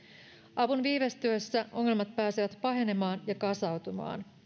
avun viivästyessä ongelmat pääsevät pahenemaan ja kasautumaan